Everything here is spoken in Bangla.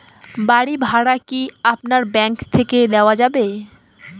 বাড়ী ভাড়া কি আপনার ব্যাঙ্ক থেকে দেওয়া যাবে?